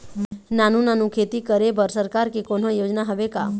नानू नानू खेती करे बर सरकार के कोन्हो योजना हावे का?